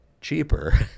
cheaper